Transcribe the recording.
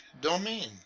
domain